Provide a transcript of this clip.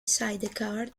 sidecar